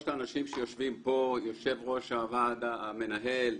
שלושת האנשים שיושבים פה, יושב ראש הוועד המנהל,